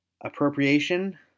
Appropriation